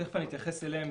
תיכף אני אתייחס אליהם,